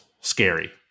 scary